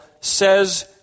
says